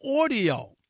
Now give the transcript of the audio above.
audio